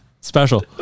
special